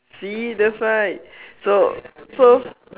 see that's why so so